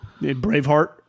Braveheart